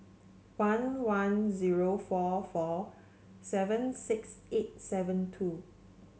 one one zero four four seven six eight seven two